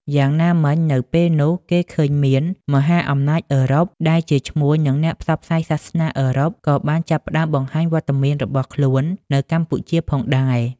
យ៉ាងណាមិញនៅពេលនោះគេឃើញមានមហាអំណាចអឺរ៉ុប ដែលជាឈ្មួញនិងអ្នកផ្សព្វផ្សាយសាសនាអឺរ៉ុប ក៏បានចាប់ផ្តើមបង្ហាញវត្តមានរបស់ខ្លួននៅកម្ពុជាផងដែរ។